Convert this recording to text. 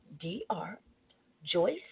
D-R-Joyce